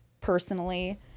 personally